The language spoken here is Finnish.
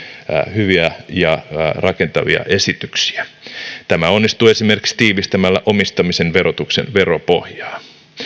hyviä ja rakentavia esityksiä tämä onnistuu esimerkiksi tiivistämällä omistamisen verotuksen veropohjaa